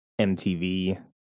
MTV